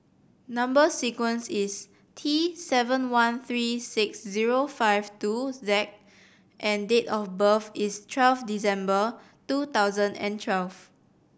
number sequence is T seven one three six zero five two Z and date of birth is twelve December two thousand and twelve